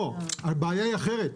לא, הבעיה היא אחרת.